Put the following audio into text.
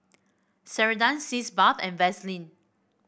Ceradan Sitz Bath and Vaselin